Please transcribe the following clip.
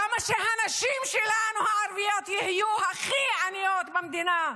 למה שהנשים שלנו יהיו הכי עניות במדינה?